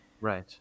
Right